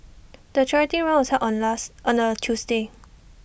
the charity run was held on last on A Tuesday